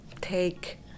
take